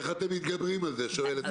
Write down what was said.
איך אתם מתגברים על זה, שואלת היושבת-ראש?